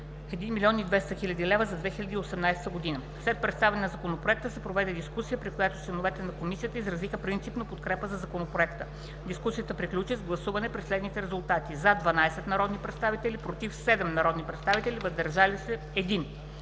в размер на 1,2 млн. лв. за 2018 г. След представяне на Законопроекта се проведе дискусия, при която членовете на комисията изразиха принципна подкрепа за Законопроекта. Дискусията приключи с гласуване при следните резултати: „за” – 12 народни представители, „против” – 7 народни представители и „въздържал се”